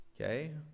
Okay